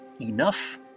enough